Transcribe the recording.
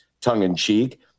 tongue-in-cheek